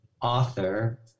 author